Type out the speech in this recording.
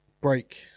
break